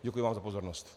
Děkuji vám za pozornost.